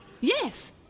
Yes